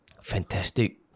fantastic